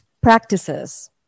Practices